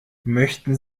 möchten